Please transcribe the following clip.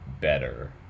better